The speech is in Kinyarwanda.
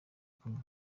kumwe